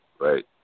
Right